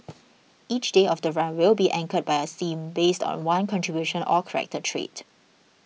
each day of the run will be anchored by a theme based on one contribution or character trait